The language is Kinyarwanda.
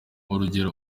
urugero